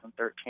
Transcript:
2013